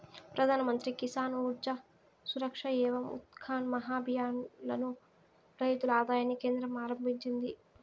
ప్రధాన్ మంత్రి కిసాన్ ఊర్జా సురక్ష ఏవం ఉత్థాన్ మహాభియాన్ ను రైతుల ఆదాయాన్ని కేంద్రం ఆరంభించింది